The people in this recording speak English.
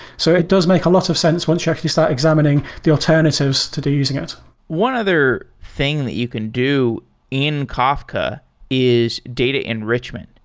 so it does make a lot of sense once you actually start examining the alternatives to using it one other thing that you can do in kafka is data enrichment.